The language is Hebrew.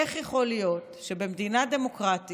איך יכול להיות שבמדינה דמוקרטית